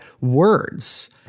words